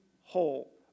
whole